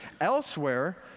Elsewhere